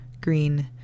green